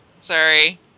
Sorry